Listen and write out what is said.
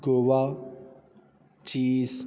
ਗੋਬਾ ਚੀਸ